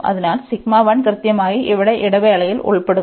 അതിനാൽ കൃത്യമായി ഇവിടെ ഇടവേളയിൽ ഉൾപ്പെടുന്നു